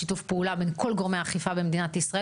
שיתוף הפעולה בין כל גורמי האיכפה מדינת ישראל,